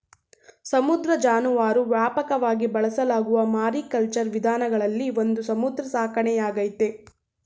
ಸಮುದ್ರ ಜಾನುವಾರು ವ್ಯಾಪಕವಾಗಿ ಬಳಸಲಾಗುವ ಮಾರಿಕಲ್ಚರ್ ವಿಧಾನಗಳಲ್ಲಿ ಒಂದು ಸಮುದ್ರ ಸಾಕಣೆಯಾಗೈತೆ